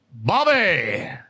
Bobby